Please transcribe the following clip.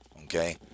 Okay